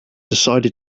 decided